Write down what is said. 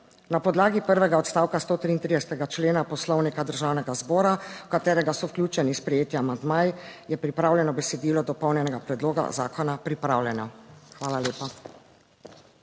Na podlagi prvega odstavka stotriintridesetega člena Poslovnika Državnega zbora, v katerega so vključeni sprejeti amandmaji, je pripravljeno besedilo dopolnjenega predloga zakona pripravljeno. Hvala lepa.